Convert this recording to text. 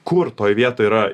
kur toj vietoj yra